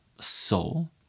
soul